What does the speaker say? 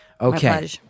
Okay